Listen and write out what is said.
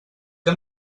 que